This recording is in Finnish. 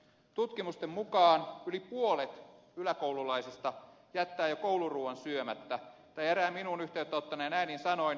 tutkimusten mukaan yli puolet yläkoululaisista jättää jo kouluruuan syömättä tai erään minuun yhteyttä ottaneen äidin sanoin